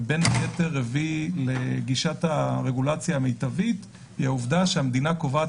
ובין היתר הביא לגישת הרגולציה המיטבית היא העובדה שהמדינה קובעת